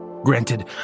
Granted